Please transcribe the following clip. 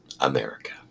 America